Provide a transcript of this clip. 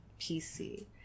PC